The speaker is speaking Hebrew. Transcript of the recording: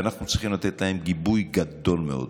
ואנחנו צריכים לתת להם גיבוי גדול מאוד.